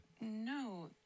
No